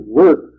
work